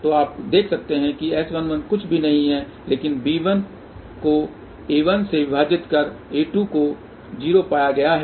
तो आप देख सकते हैं कि S11 कुछ भी नहीं है लेकिन b1 को a1 से विभाजित कर a2 को 0 पाया गया है